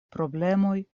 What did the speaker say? problemoj